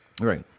Right